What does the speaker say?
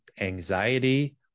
anxiety